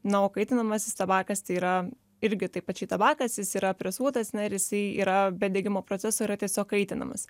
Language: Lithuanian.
na o kaitinamasis tabakas tai yra irgi taip pačiai tabakas jis yra presuotas na ir jisai yra be degimo proceso yra tiesiog kaitinamas